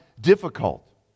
difficult